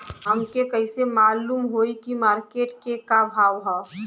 हमके कइसे मालूम होई की मार्केट के का भाव ह?